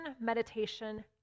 meditation